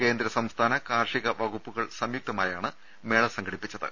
കേന്ദ്ര സംസ്ഥാന കാർഷിക വകുപ്പുകൾ സംയുക്തമായാണ് മേള സംഘടിപ്പിച്ചത്